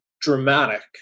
dramatic